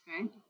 right